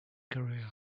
career